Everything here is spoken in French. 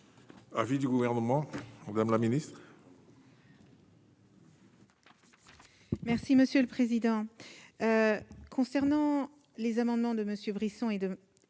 Avis du Gouvernement, madame la ministre.